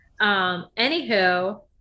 anywho